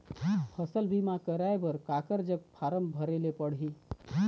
फसल बीमा कराए बर काकर जग फारम भरेले पड़ही?